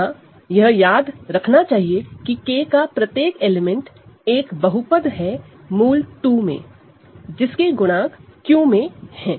यहां याद रखना चाहिए की K का प्रत्येक एलिमेंट एक पॉलिनॉमियल है √2 में जिसके गुणांक Q में हैं